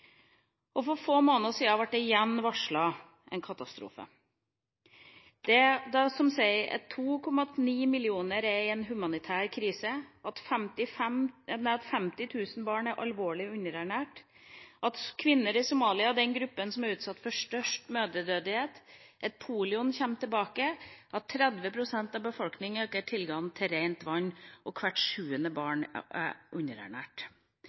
For få måneder siden ble det igjen varslet en katastrofe. Det sies at 2,9 millioner er i en humanitær krise, at 50 000 barn er alvorlig underernært, at kvinner i Somalia er den gruppa som er utsatt for størst mødredødelighet, at polio kommer tilbake, at 30 pst. av befolkningen ikke har tilgang til reint vann, og at hvert sjuende barn er underernært.